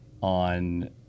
on